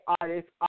artists